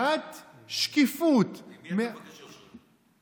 מעט שקיפות, ממי אתה מבקש יושרה?